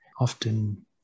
often